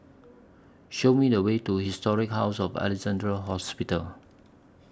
Show Me The Way to Historic House of Alexandra Hospital